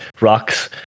Rock's